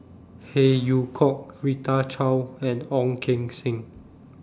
Phey Yew Kok Rita Chao and Ong Keng Sen